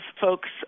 folks